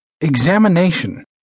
Examination